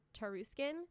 Taruskin